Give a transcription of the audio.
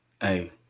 hey